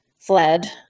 fled